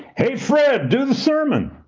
hey, fred. do the sermon,